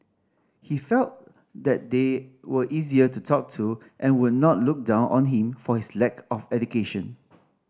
he felt that they were easier to talk to and would not look down on him for his lack of education